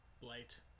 blight